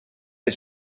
est